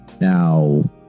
now